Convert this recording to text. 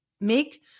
make